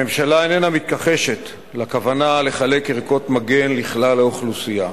הממשלה אינה מתכחשת לכוונה לחלק ערכות מגן לכלל האוכלוסייה.